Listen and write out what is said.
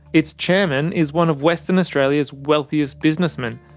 its chairman is one of western australia's wealthiest businessmen,